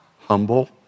humble